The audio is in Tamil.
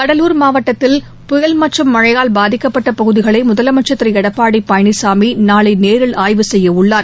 கடலூர் மாவட்டத்தில் புயல் மற்றும் மழையால் பாதிக்கப்பட்ட பகுதிகளை முதலமைச்ச் திரு எடப்பாடி பழனிசாமி நாளை நேரில் ஆய்வு செய்ய உள்ளார்